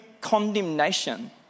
condemnation